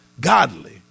godly